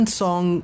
song